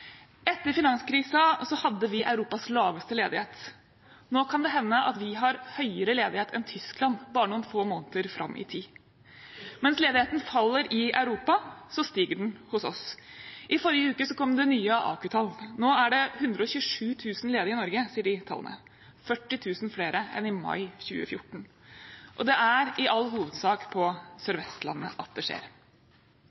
Etter finanskrisen hadde vi Europas laveste ledighet. Nå kan det hende at vi har høyere ledighet enn Tyskland bare noen få måneder fram i tid. Mens ledigheten faller i Europa, stiger den hos oss. I forrige uke kom det nye AKU-tall. Nå er det 127 000 ledige i Norge, viser de tallene – 40 000 flere enn i mai 2014. Det er i all hovedsak på Sør-Vestlandet det skjer.